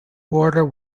border